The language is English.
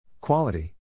Quality